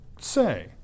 say